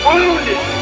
Wounded